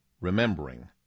remembering